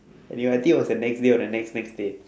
and ya I think it was a next day or the next next day